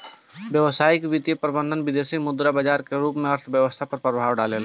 व्यावसायिक वित्तीय प्रबंधन विदेसी मुद्रा बाजार के रूप में अर्थव्यस्था पर प्रभाव डालेला